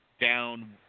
down